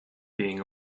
being